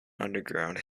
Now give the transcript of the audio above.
underground